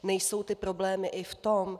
Nejsou ty problémy i v tom?